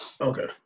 Okay